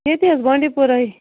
ییٚتے حظ بانڈی پورہ ہے